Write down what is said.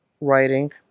writing